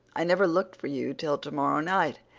i never looked for you till tomorrow night.